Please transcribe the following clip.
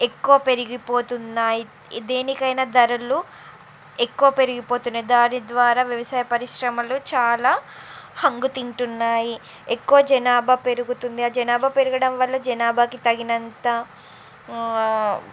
ఎక్కువ పెరిగిపోతున్న దేనికైనా ధరలు ఎక్కువ పెరిగిపోతున్న దాని ద్వారా వ్యవసాయ పరిశ్రమలు చాలా హంగు తింటున్నాయి ఎక్కువ జనాభా పెరుగుతుంది ఆ జనాభా పెరగడం వల్ల జనాభాకి తగినంత